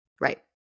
Right